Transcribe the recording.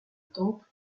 temple